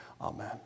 Amen